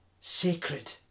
sacred